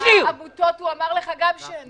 הסתייגות נוספת של חבר הכנסת מיקי